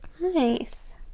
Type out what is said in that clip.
Nice